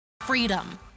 Freedom